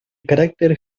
carácter